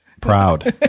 proud